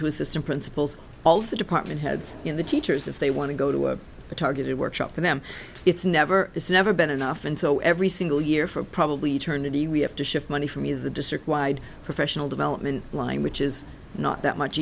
two assistant principals all the department heads in the teachers if they want to go to the targeted workshop for them it's never it's never been enough and so every single year for probably eternity we have to shift money from either the district wide professional development line which is not